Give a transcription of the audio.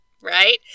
Right